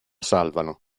salvano